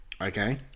Okay